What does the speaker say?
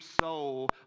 soul